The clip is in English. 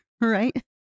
right